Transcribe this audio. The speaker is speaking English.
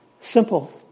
Simple